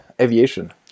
Aviation